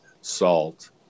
salt